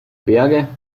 berge